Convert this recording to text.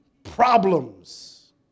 problems